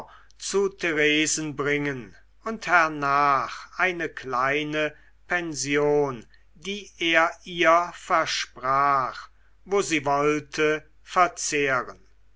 zu theresen bringen und hernach eine kleine pension die er ihr versprach wo sie wollte verzehren